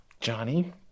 Johnny